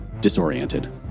disoriented